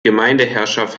gemeindeherrschaft